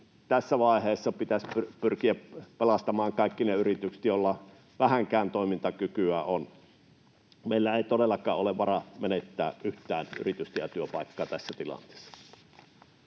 tässä vaiheessa pitäisi pyrkiä pelastamaan kaikki ne yritykset, joilla vähänkään toimintakykyä on. Meillä ei todellakaan ole varaa menettää yhtään yritystä ja työpaikkaa tässä tilanteessa.